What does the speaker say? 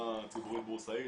חברה ציבורית בורסאית,